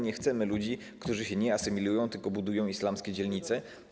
Nie chcemy ludzi, którzy się nie asymilują, tylko budują islamskie dzielnice.